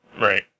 Right